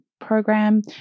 program